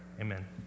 amen